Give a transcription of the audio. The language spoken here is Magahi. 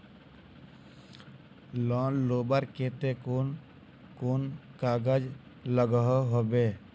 लोन लुबार केते कुन कुन कागज लागोहो होबे?